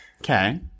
Okay